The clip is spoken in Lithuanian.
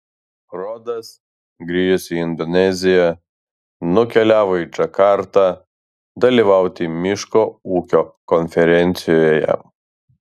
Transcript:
rodas grįžęs į indoneziją nukeliavo į džakartą dalyvauti miškų ūkio konferencijoje